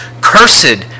Cursed